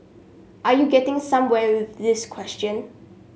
are you getting somewhere with this question